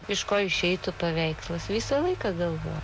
iš ko išeitų paveikslas visą laiką galvojau